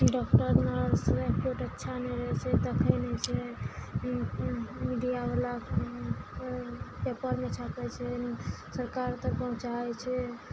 doctor nurse एकोटा अच्छा नहि रहै छै देखै नहि छै मीडिया बला पेपरमे छपै छै सरकार तक पहुँचाबै छै